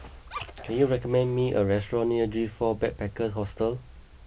can you recommend me a restaurant near G four Backpackers Hostel